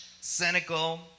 cynical